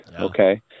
okay